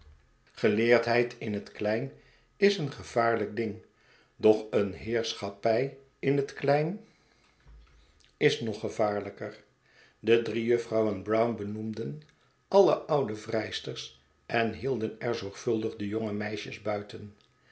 geleerdheid in het klein is een gevaarlijk ding doch een heerschappij in het klein is nog gevaarlijker de drie juffrouwen brown benoemden alle oude vrijsters en hielden er zorgvuldig de jonge meisjes buiten